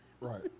Right